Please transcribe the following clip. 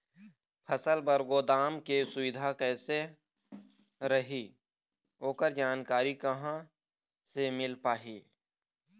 फसल बर गोदाम के सुविधा कैसे रही ओकर जानकारी कहा से मिल पाही?